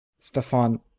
Stefan